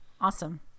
Awesome